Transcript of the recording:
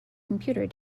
computer